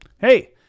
Hey